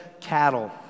cattle